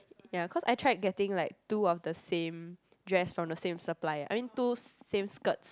ya cause I tried getting like two of the same dress from the same supplier I mean two same skirts